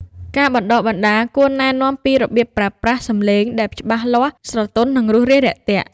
ការបណ្តុះបណ្តាលគួរណែនាំពីរបៀបប្រើប្រាស់សម្លេងដែលច្បាស់លាស់ ស្រទន់ និងរួសរាយរាក់ទាក់។